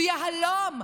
הוא יהלום.